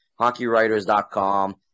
HockeyWriters.com